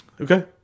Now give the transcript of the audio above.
okay